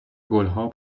گلها